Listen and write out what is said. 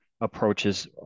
approaches